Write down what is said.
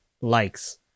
likes